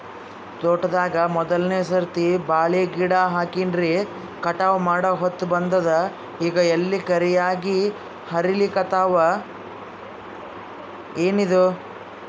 ತೋಟದಾಗ ಮೋದಲನೆ ಸರ್ತಿ ಬಾಳಿ ಗಿಡ ಹಚ್ಚಿನ್ರಿ, ಕಟಾವ ಮಾಡಹೊತ್ತ ಬಂದದ ಈಗ ಎಲಿ ಕರಿಯಾಗಿ ಹರಿಲಿಕತ್ತಾವ, ಏನಿದು?